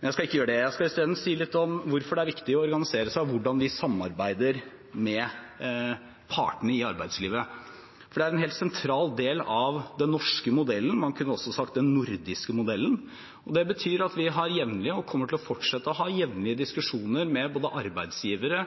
Men jeg skal ikke gjøre det. Jeg skal i stedet si litt om hvorfor det er viktig å organisere seg, og hvordan vi samarbeider med partene i arbeidslivet, for det er en helt sentral del av den norske modellen, og man kunne også sagt den nordiske modellen. Det betyr at vi har – og kommer til å fortsette å ha – jevnlige diskusjoner med både arbeidsgivere